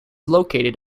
located